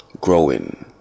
growing